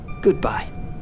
Goodbye